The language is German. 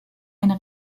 eine